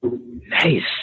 Nice